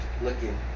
Looking